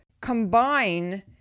combine